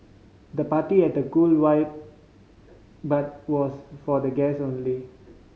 the party had a cool vibe but was for the guest only